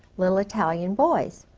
little italian boys.